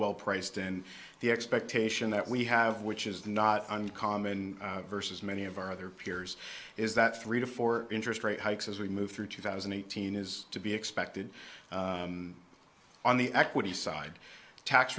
well priced and the expectation that we have which is not uncommon versus many of our other peers is that three to four interest rate hikes as we move through two thousand and thirteen is to be expected on the equity side tax